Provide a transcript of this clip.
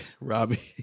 Robbie